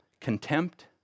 Contempt